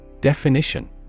Definition